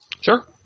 Sure